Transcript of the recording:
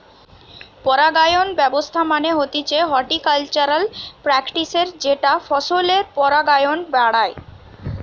পরাগায়ন ব্যবস্থা মানে হতিছে হর্টিকালচারাল প্র্যাকটিসের যেটা ফসলের পরাগায়ন বাড়ায়